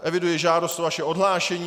Eviduji žádost o vaše odhlášení.